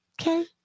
Okay